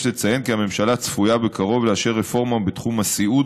יש לציין כי הממשלה צפויה בקרוב לאשר רפורמה בתחום הסיעוד